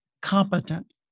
Competent